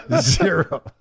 Zero